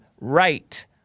right